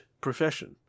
profession